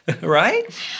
right